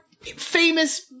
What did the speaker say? famous